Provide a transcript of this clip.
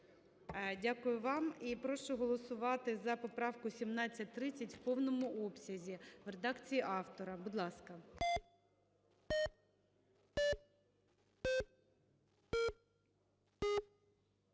Дякую вам. І прошу голосувати за поправку 1730 у повному обсязі в редакції автора. Будь ласка.